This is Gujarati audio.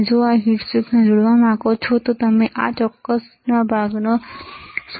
જો તમે હીટ સિંકને જોડવા માંગો છો તો તમે તેને આ ચોક્કસ ભાગનો ઉપયોગ કરીને જોડી શકો છો